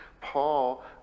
Paul